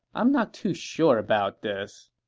i'm not too sure about this.